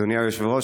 אדוני היושב-ראש,